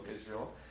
Israel